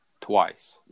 twice